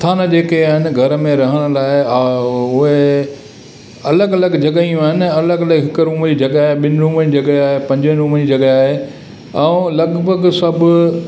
स्थान जेके आहिनि घर में रहण लाइ हा हे उहे अलॻि अलॻि जॻहियूं आहिनि अलॻि अलॻि हिक रूम जी जॻह आहे ॿिनि रूमनि जी जॻह आहे पंज रूमनि जी जॻह आहे ऐं लॻभॻि सभु